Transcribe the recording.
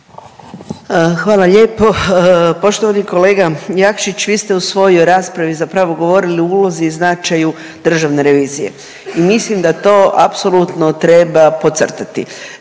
Hvala lijepo. Poštovani kolega Jakšić vi ste u svojoj raspravi zapravo govorili o ulozi i značaju državne revizije. Mislim da to apsolutno treba podcrtati